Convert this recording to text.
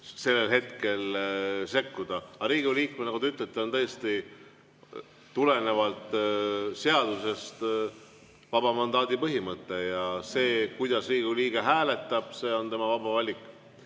sellel hetkel sekkuda. Aga Riigikogu liikmetel, nagu te ütlete, on tõesti tulenevalt seadusest vaba mandaadi põhimõte. Ja see, kuidas Riigikogu liige hääletab, on tema vaba valik.